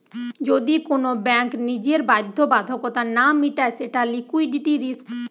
যদি কোন ব্যাঙ্ক নিজের বাধ্যবাধকতা না মিটায় সেটা লিকুইডিটি রিস্ক